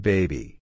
Baby